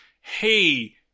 hey